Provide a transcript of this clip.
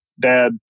dad